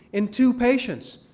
and two patients.